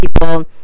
people